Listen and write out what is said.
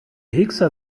hickser